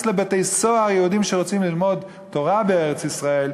לבתי-סוהר יהודים שרוצים ללמוד תורה בארץ-ישראל,